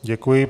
Děkuji.